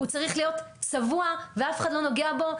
הוא צריך להיות צבוע ואף אחד לא נוגע בו.